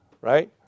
right